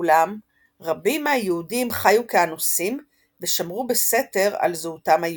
אולם רבים מהיהודים חיו כאנוסים ושמרו בסתר על זהותם היהודית.